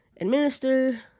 administer